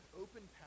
open